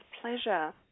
pleasure